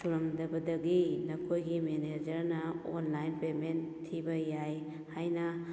ꯁꯨꯔꯝꯗꯕꯗꯒꯤ ꯅꯈꯣꯏꯒꯤ ꯃꯦꯅꯦꯖꯔꯅ online payment ꯊꯤꯕ ꯌꯥꯏ ꯍꯥꯏꯅ